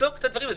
נבדוק את הדברים.